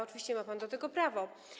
Oczywiście ma pan do tego prawo.